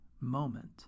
moment